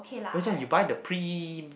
which one you buy the pre